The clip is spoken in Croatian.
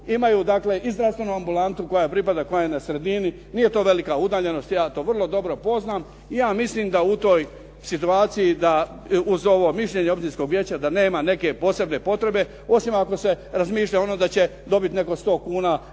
imaju i zdravstvenu ambulantu koja pripada koja je na sredini. Nije to velika udaljenost, ja to vrlo dobro poznam i ja mislim da u toj situaciji uz ovo mišljenje općinskog vijeća da nema neke posebne potrebe osim ako se razmišlja da će netko dobiti više 100 kuna